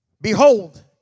Behold